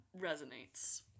resonates